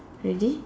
ready